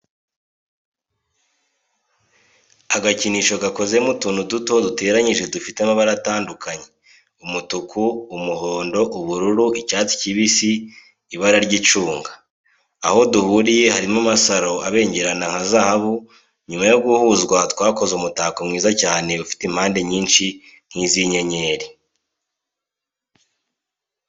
Agakinisho gakoze mu tuntu duto duteranyije dufite amabara atandukanye umutuku, umuhondo, ubururu, icyatsi kibisi, ibarara ry'icunga. Aho duhuriye harimo amasaro abengerana nka zahabu, nyuma yo guhuzwa twakoze umutako mwiza cyane ufite impande nyinshi nk'izi' inyenyeri.